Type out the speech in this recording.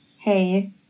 hey